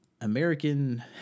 American